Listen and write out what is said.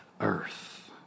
earth